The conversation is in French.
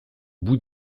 bout